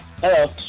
Hello